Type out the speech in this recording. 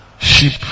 sheep